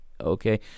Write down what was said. okay